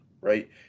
right